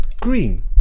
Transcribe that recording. green